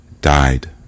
died